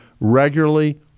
regularly